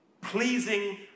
pleasing